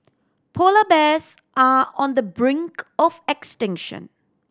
polar bears are on the brink of extinction